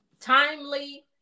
timely